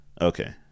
Okay